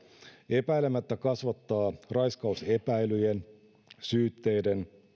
epäilemättä kasvattaa raiskausepäilyjen syytteiden